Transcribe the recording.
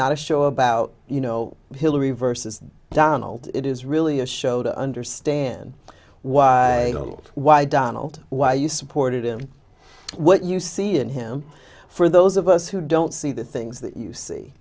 not a show about you know hillary versus donald it is really a show to understand why why donald why you supported him what you see in him for those of us who don't see the things that you